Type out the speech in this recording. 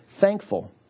thankful